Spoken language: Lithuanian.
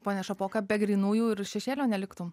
pone šapoka be grynųjų ir šešėlio neliktų